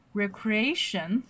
,recreation